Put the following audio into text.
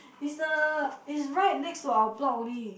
is the is right next to our block only